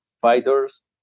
fighters